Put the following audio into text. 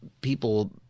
people